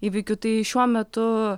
įvykiu tai šiuo metu